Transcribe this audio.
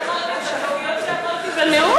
הוא אמר לי את הטעויות שאמרתי בנאום.